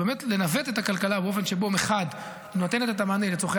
הוא באמת לנווט את הכלכלה באופן שבו מחד נותנת את המענה לצורכי